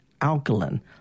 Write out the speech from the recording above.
alkaline